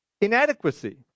inadequacy